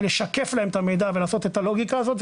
לשקף להם את המידע ולעשות את הלוגיקה הזאת,